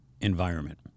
environment